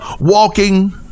walking